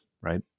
right